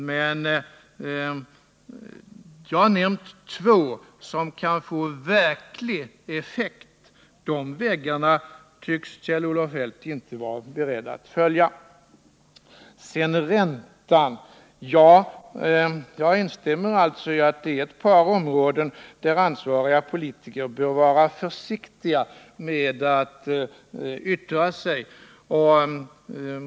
Men jag har nämnt två, som kan få verklig effekt. De vägarna tycks Kjell-Olof Feldt inte vara beredd att följa. Sedan till räntan. Jag instämmer alltså i att det är ett par områden där ansvariga politiker bör vara försiktiga med att yttra sig.